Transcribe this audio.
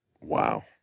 Wow